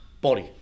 body